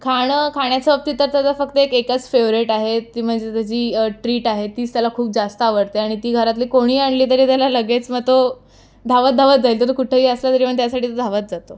खाणं खाण्याच्या बाबतीत तर त्याचा फक्त एक एकच फेवरेट आहे ती म्हणजे त्याची ट्रीट आहे तीच त्याला खूप जास्त आवडते आणि ती घरातल्या कोणीही आणली तरी त्याला लगेच मग तो धावत धावत जाईल तर तो कुठेही असला तरी पण त्यासाठी तो धावत जातो